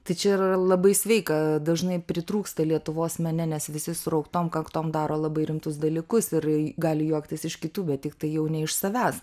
tai čia yra labai sveika dažnai pritrūksta lietuvos mene nes visi surauktom kaktom daro labai rimtus dalykus ir gali juoktis iš kitų bet tiktai jau ne iš savęs